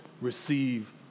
receive